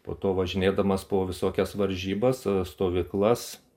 po to važinėdamas po visokias varžybas stovyklas